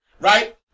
Right